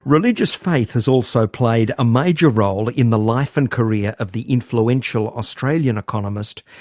religious faith has also played a major role in the life and career of the influential australian economist,